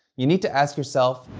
you need to ask yourself,